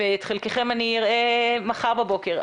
את חלקכם אראה מחר בוקר.